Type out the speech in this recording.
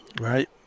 right